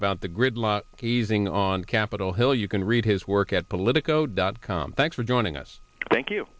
about the gridlock easing on capitol hill you can read his work at politico dot com thanks for joining us thank you